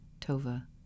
Tova